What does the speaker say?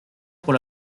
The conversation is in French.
pour